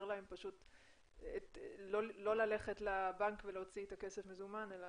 להם לא ללכת לבנק ולהוציא את הכסף במזומן.